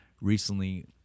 recently